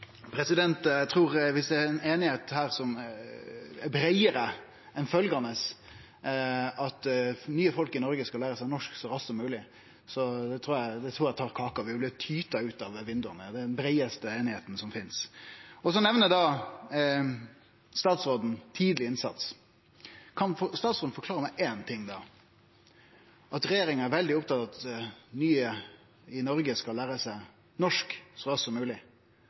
Eg trur ikkje det er ei einigheit som er breiare enn den om at nye folk i Noreg skal lære seg norsk så raskt som mogleg. Det trur eg tar kaka. Det vil tyte ut av vindauga her. Det er den breiaste einigheita som finst! Så nemner statsråden tidleg innsats. Kan statsråden forklare meg ein ting? Regjeringa er veldig opptatt av at nye i Noreg skal lære seg norsk så raskt som